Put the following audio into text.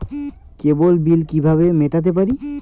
কেবল bill কিভাবে মেটাতে পারি?